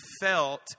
felt